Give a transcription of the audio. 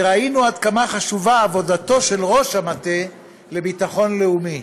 וראינו עד כמה חשובה עבודתו של ראש המטה לביטחון לאומי.